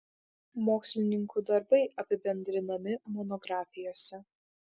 mokslininkų darbai apibendrinami monografijose